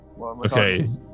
Okay